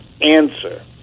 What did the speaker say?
Answer